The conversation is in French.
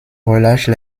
relâche